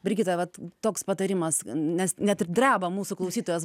brigita vat toks patarimas nes net ir dreba mūsų klausytojos